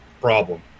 problem